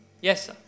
Yes